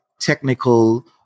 technical